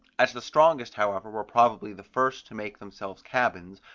as the strongest however were probably the first to make themselves cabins,